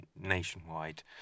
nationwide